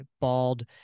bald